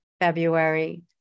February